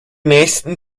nächsten